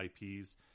IPs